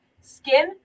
Skin